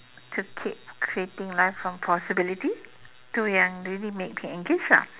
to keep creating life from possibility itu yang really make engaged lah